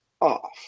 off